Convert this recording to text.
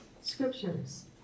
scriptures